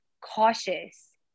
cautious